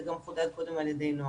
וזה גם חודד קודם לכן על ידי נעה.